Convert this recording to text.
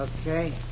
Okay